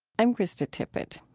i'm krista tippett.